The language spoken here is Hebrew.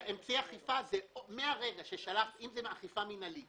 אמצעי אכיפה, אם זה אכיפה מנהלית